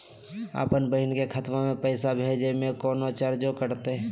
अपन बहिन के खतवा में पैसा भेजे में कौनो चार्जो कटतई?